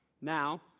Now